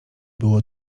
było